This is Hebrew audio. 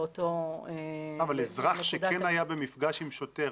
לאותה נקודה --- אבל אזרח שכן היה במפגש עם שוטר